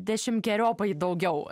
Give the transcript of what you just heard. dešimkeriopai daugiau